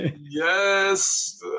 yes